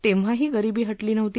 तेव्हाही गरिबी हटली नव्हती